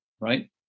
Right